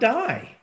die